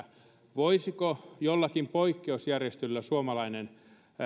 voisiko jollakin poikkeusjärjestelyllä suomalainen